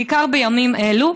בעיקר בימים אלו,